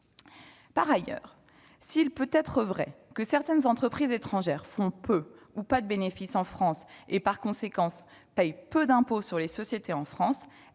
Par ailleurs, s'il peut être vrai que certaines entreprises étrangères font peu de bénéfices en France, ou n'en font pas, et, par conséquent, paient peu d'impôt sur les sociétés en France,